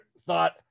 thought